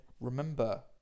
remember